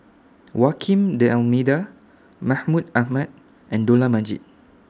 Almeida Mahmud Ahmad and Dollah Majid